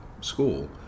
school